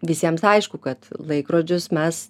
visiems aišku kad laikrodžius mes